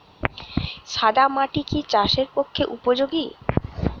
সাদা মাটি কি চাষের পক্ষে উপযোগী?